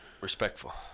Respectful